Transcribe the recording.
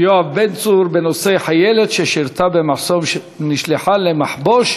יואב בן צור בנושא: חיילת ששירתה במחסום נשלחה למחבוש